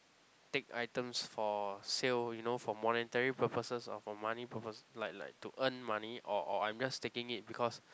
take items for sale you know for monetary purposes or for money purpose like like to earn money or or I'm just taking it because